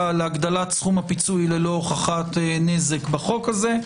על הגדלת סכום הפיצוי ללא הוכחת נזק בחוק הזה.